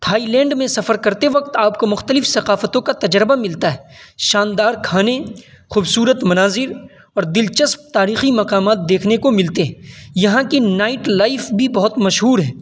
Thai land میں سفر کرتے وقت آپ کو مختلف ثقافتوں کا تجربہ ملتا ہے شاندار کھانے خوبصورت مناظر اور دلچسپ تاریخی مقامات دیکھنے کو ملتے ہیں یہاں کی نائٹ لائف بھی بہت مشہور ہے